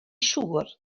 siŵr